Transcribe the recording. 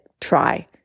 try